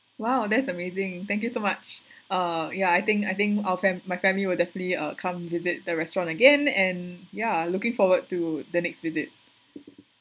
!wow! that's amazing thank you so much uh yeah I think I think our fa~ my family will definitely uh come visit the restaurant again and ya I looking forward to the next visit